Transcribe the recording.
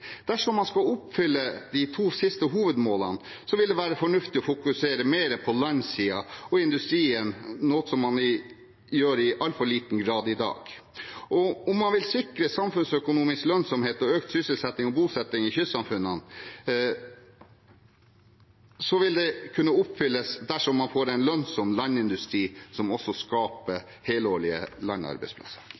Dersom man skal oppfylle de to siste hovedmålene, vil det være fornuftig å fokusere mer på landsiden og industrien, noe man gjør i altfor liten grad i dag. Om man vil sikre samfunnsøkonomisk lønnsomhet og økt sysselsetting og bosetting i kystsamfunnene, vil dette kunne oppfylles dersom man får en lønnsom landindustri som også skaper helårige landarbeidsplasser.